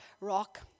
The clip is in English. rock